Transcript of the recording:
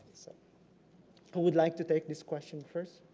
so who would like to take this question first?